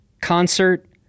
concert